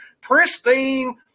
pristine